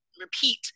repeat